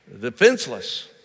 Defenseless